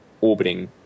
orbiting